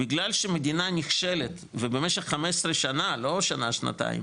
בגלל שהמדינה נכשלת ובמשך 15 שנה לא שנה שנתיים